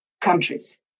countries